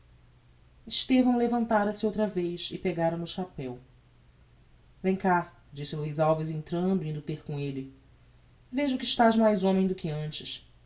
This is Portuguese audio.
estevão levantara-se outra vez e pegara no chapeu vem cá disse luiz alves entrando e indo ter com elle vejo que estás mais homem do que antes